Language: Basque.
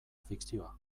fikzioa